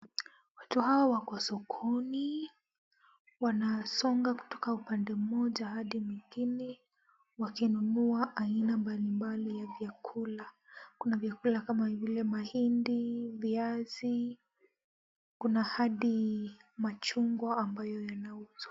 Watu hawa wako sokoni, wanasonga kutoka upande mmoja hadi mwingine wakinunua aina mbalimbali ya vyakula, kuna vyakula kama vile mahindi, viazi, kuna hadi machungwa ambayo yanauzwa.